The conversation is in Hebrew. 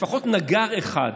לפחות נגר אחד